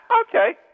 Okay